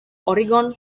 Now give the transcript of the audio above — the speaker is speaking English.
oregon